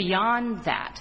beyond that